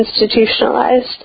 institutionalized